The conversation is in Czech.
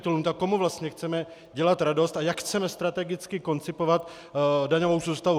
Tak komu vlastně chceme dělat radost a jak chceme strategicky koncipovat daňovou soustavu?